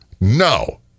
No